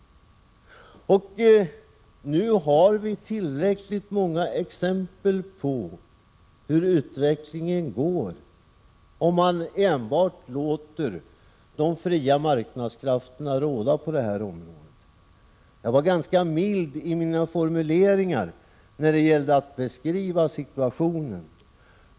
Nu har vi tillräckligt många exempel på hur utvecklingen går om man enbart låter de fria marknadskrafterna råda på det här området. Jag var ganska mild i mina formuleringar när det gällde att beskriva situationen.